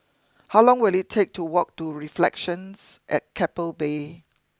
how long will it take to walk to Reflections at Keppel Bay